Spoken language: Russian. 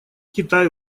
китай